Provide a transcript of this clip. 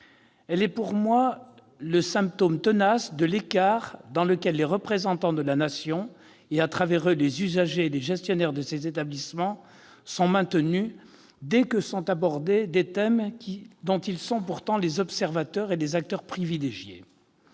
Elle est pour moi le symptôme tenace de l'écart dans lequel les représentants de la Nation, et à travers eux les usagers et les gestionnaires de ces établissements, sont maintenus dès que sont abordés des thèmes dont ils sont pourtant les observateurs et les acteurs privilégiés.